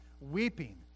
weeping